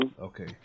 okay